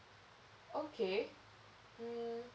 okay um